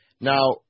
Now